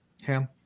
Ham